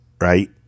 right